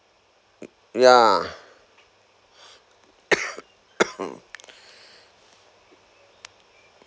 yeah